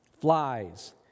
flies